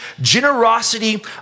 generosity